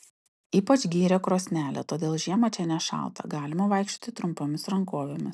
ypač gyrė krosnelę todėl žiemą čia nešalta galima vaikščioti trumpomis rankovėmis